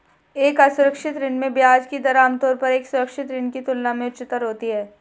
एक असुरक्षित ऋण में ब्याज की दर आमतौर पर एक सुरक्षित ऋण की तुलना में उच्चतर होती है?